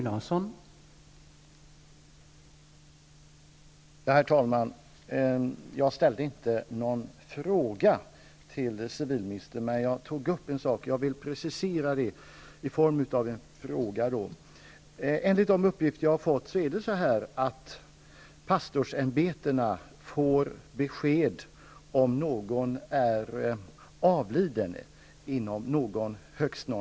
Herr talman! Jag ställde inte någon fråga till civilministern, men jag tog upp en sak som jag vill precisera i form av en fråga. Enligt uppgifter som jag har fått erhåller pastorsämbetena besked inom högst någon vecka om att någon har avlidit.